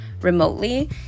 remotely